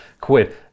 quid